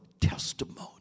testimony